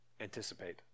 anticipate